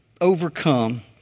overcome